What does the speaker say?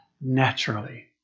naturally